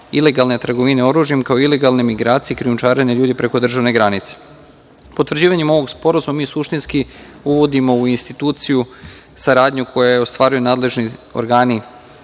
ilegalne trgovine oružjem, kao i ilegalne migracije i krijumčarenja ljudi preko državne granice. Potvrđivanjem ovog sporazuma mi suštinski uvodimo u instituciju saradnju koju ostvaruju nadležni organi